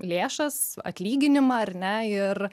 lėšas atlyginimą ar ne ir